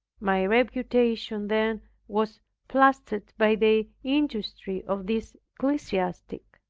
my reputation then was blasted by the industry of this ecclesiastic.